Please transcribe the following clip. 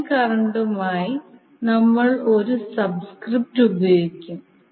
line കറന്റിനായി നമ്മൾ ഒറ്റ സബ്സ്ക്രിപ്റ്റ് ഉപയോഗിക്കും